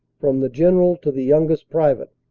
from the general to the youngest private.